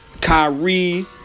Kyrie